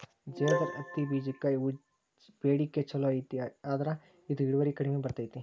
ಜೇದರ್ ಹತ್ತಿಬೇಜಕ್ಕ ಬೇಡಿಕೆ ಚುಲೋ ಐತಿ ಆದ್ರ ಇದು ಇಳುವರಿ ಕಡಿಮೆ ಬರ್ತೈತಿ